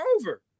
over